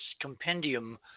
compendium